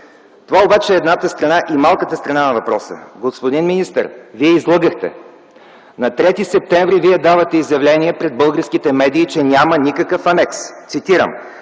Това обаче е едната страна – малката страна на въпроса. Господин министър, Вие излъгахте. На 3 септември Вие давате изявление пред българските медии, че няма никакъв анекс. Цитирам: